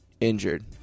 injured